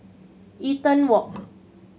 Eaton Walk